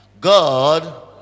God